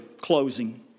closing